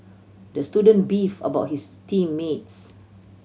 the student beef about his team mates